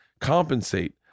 compensate